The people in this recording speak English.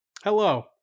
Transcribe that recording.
hello